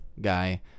guy